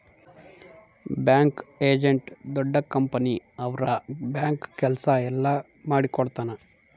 bank agent ದೊಡ್ಡ company ಅವ್ರ bank ಕೆಲ್ಸ ಎಲ್ಲ ಮಾಡಿಕೊಡ್ತನ